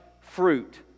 fruit